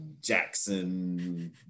Jackson